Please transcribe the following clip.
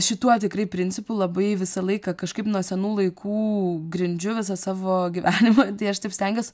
šituo tikrai principu labai visą laiką kažkaip nuo senų laikų grindžiu visą savo gyvenimą tai aš taip stengiuos